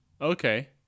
Okay